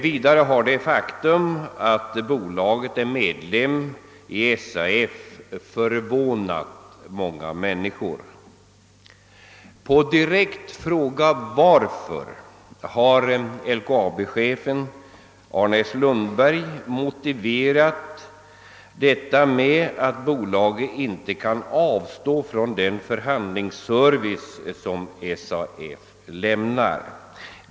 Vidare har det faktum att bolaget är medlem i SAF förvånat många människor. På en direkt fråga har LKAB-chefen Arne S. Lundberg motiverat detta med att bo laget inte kan avstå från den förhandlingsservice som SAF lämnar.